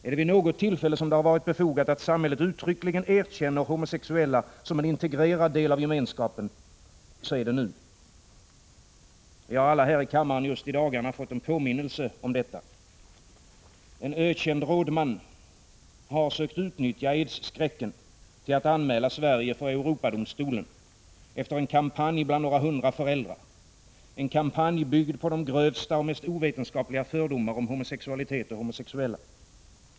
Är det vid något tillfälle som det har varit befogat att samhället |— uttryckligen erkänner homosexuella som en integrerad del av gemenskapen, så är det nu. Vi har alla här i kammaren just i dagarna fått en påminnelse om detta. En ökänd rådman har sökt utnyttja aidsskräcken till att anmäla Sverige för Europadomstolen efter en kampanj bland några hundra föräldrar, en kampanj byggd på de grövsta och mest ovetenskapliga fördomar om | homosexualitet och homosexuella.